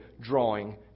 drawing